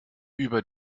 über